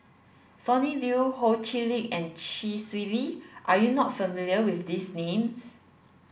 Sonny Liew Ho Chee Lick and Chee Swee Lee are you not familiar with these names